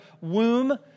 womb